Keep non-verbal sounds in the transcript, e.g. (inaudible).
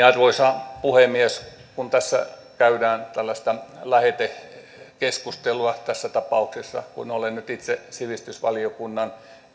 (unintelligible) arvoisa puhemies kun tässä käydään tällaista lähetekeskustelua niin tässä tapauksessa kun olen nyt itse sivistysvaliokunnan